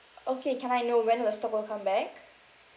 okay can I know when the stock will come back